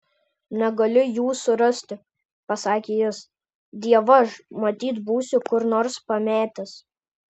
negaliu jų surasti pasakė jis dievaž matyt būsiu kur nors pametęs